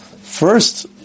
first